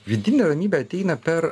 vidinė ramybė ateina per